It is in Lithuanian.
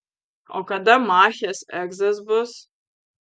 o kada machės egzas bus